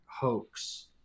hoax